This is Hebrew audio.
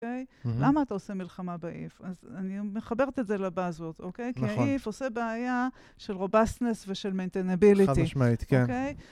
אוקיי? למה אתה עושה מלחמה באיף? אז אני מחברת את זה לבאזוט, אוקיי? כי איף עושה בעיה של רובסנס ושל מנתנביליטי. חד משמעית, כן.